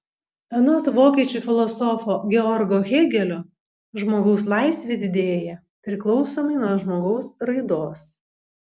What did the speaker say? anot vokiečių filosofo georgo hėgelio žmogaus laisvė didėja priklausomai nuo žmogaus raidos